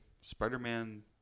Spider-Man